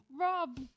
Rob